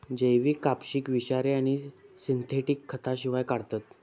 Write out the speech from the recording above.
जैविक कपाशीक विषारी आणि सिंथेटिक खतांशिवाय काढतत